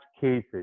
cases